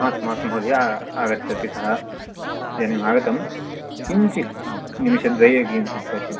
मास्तु मास्तु महोदय आगच्छति सः इदानीम् आगतं किञ्चित् निमिषद्वये किञ्चित् पश्य